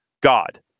God